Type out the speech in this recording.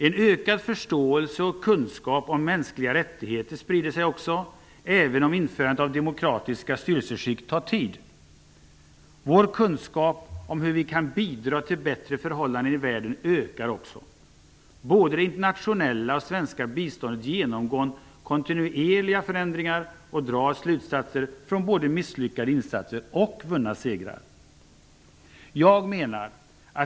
En ökad förståelse och kunskap om mänskliga rättigheter sprider sig också, även om införandet av demokratiska styrelseskick tar tid. Vår kunskap om hur vi kan bidra till bättre förhållanden i världen ökar också. Både det internationella och svenska biståndet genomgår kontinuerliga förändringar, och man drar slutsatser av både misslyckade insatser och vunna segrar.